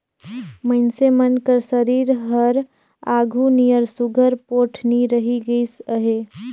मइनसे मन कर सरीर हर आघु नियर सुग्घर पोठ नी रहि गइस अहे